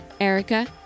Erica